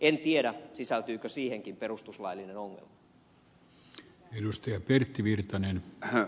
en tiedä sisältyykö siihenkin perustuslaillinen ongelma